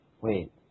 wait